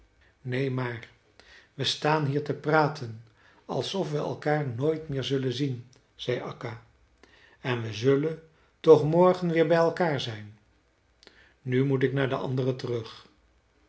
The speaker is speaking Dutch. maar we staan hier te praten alsof we elkaar nooit meer zullen zien zei akka en we zullen toch morgen weer bij elkaar zijn nu moet ik naar de anderen terug